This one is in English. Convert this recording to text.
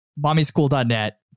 MommySchool.net